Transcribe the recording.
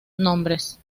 nombres